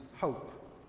hope